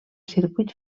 circuit